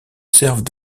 servent